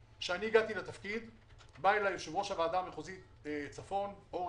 ואמר לי: יש לנו תב"ע שמינהל התכנון השקיע בה כסף והיא